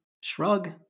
shrug